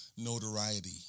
notoriety